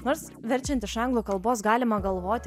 nors verčiant iš anglų kalbos galima galvoti